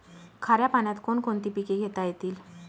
खाऱ्या पाण्यात कोण कोणती पिके घेता येतील?